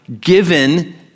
given